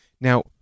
Now